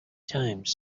times